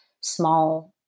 small